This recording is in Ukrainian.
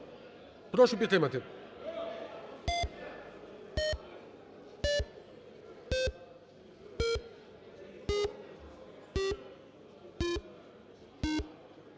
Прошу підтримати.